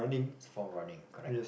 it's for running correct